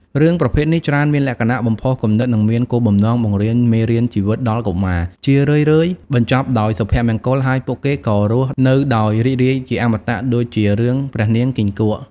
រឿងប្រភេទនេះច្រើនមានលក្ខណៈ បំផុសគំនិត និងមានគោលបំណងបង្រៀនមេរៀនជីវិតដល់កុមារ ជារឿយៗបញ្ចប់ដោយសុភមង្គល ហើយពួកគេក៏រស់នៅដោយរីករាយជាអមតៈដូចជា រឿងព្រះនាងគង្គីក់ ។